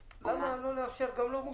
--- למה לא לאפשר גם לא מושבח?